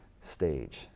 stage